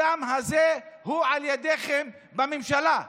הדם הזה הוא על ידיכם בממשלה.